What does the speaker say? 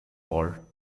war